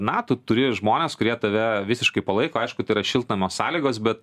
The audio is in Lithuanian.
na tu turi žmones kurie tave visiškai palaiko aišku tai yra šiltnamio sąlygos bet